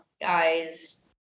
guys